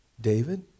David